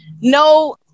no